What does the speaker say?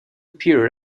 peer